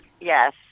yes